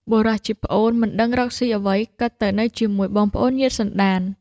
បុរសជាប្អូនមិនដឹងរកស៊ីអ្វី ក៏ទៅនៅជាមួយបងប្អូនញាតិសន្តាន។